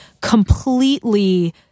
completely